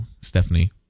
Stephanie